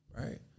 Right